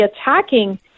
attacking